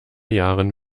jahren